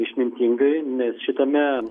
išmintingai nes šitame